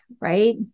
right